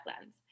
lens